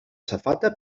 safata